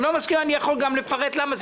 אני יכול גם לפרט למה.